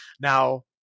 Now